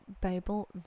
Bible